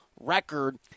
record